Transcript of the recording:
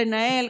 לנהל,